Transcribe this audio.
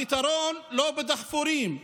הפתרון לא בדחפורים,